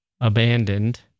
abandoned